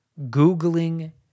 Googling